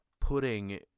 putting